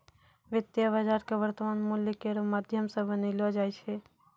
वित्तीय बाजार क वर्तमान मूल्य केरो माध्यम सें बनैलो जाय छै